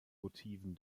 motiven